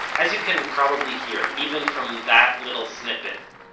as you can probably hear even from that little snippet,